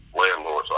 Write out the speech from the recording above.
landlords